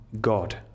God